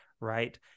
right